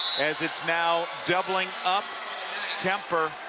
as it's now doubling up kuemper.